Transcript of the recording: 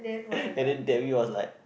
and then Demi was like